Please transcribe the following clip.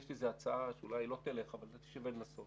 כאן יש לי איזו הצעה שאולי לא תעבור אבל שווה לנסות.